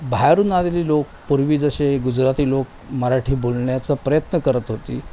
बाहेरून आलेले लोक पूर्वी जसे गुजराती लोक मराठी बोलण्याचा प्रयत्न करत होते